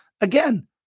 again